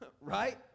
Right